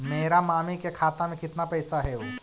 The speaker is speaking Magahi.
मेरा मामी के खाता में कितना पैसा हेउ?